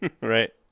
right